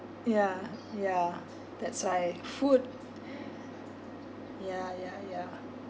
yeah yeah that's why food ya ya ya